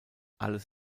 alles